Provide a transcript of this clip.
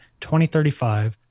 2035